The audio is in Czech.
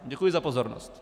Děkuji za pozornost.